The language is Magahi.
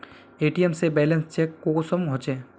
ए.टी.एम से बैलेंस चेक कुंसम होचे?